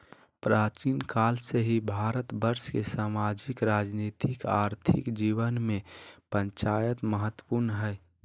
प्राचीन काल से ही भारतवर्ष के सामाजिक, राजनीतिक, आर्थिक जीवन में पंचायत महत्वपूर्ण हइ